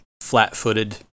flat-footed